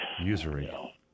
Usury